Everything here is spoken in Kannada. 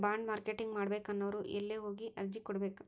ಬಾಂಡ್ ಮಾರ್ಕೆಟಿಂಗ್ ಮಾಡ್ಬೇಕನ್ನೊವ್ರು ಯೆಲ್ಲೆ ಹೊಗಿ ಅರ್ಜಿ ಹಾಕ್ಬೆಕು?